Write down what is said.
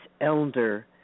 elder